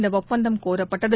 இந்தஒப்பந்தம் கோரப்பட்டது